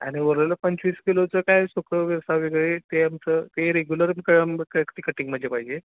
आणि उरलेलं पंचवीस किलोचं काय सुकं सा वेगळे ते आमचं ते रेग्युलर कळंब क ते कटिंगमध्ये पाहिजे